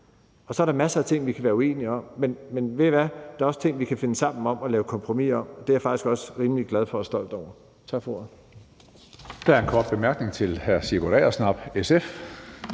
Så er der masser af ting, vi kan være uenige om, men ved I hvad, der er også ting, vi kan finde sammen om og lave kompromiser for, og det er jeg faktisk også rimelig glad for og stolt over. Tak for ordet.